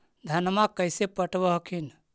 धन्मा कैसे पटब हखिन?